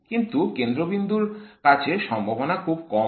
কিন্তু কেন্দ্রবিন্দুর কাছে সম্ভাবনা খুব কম হয়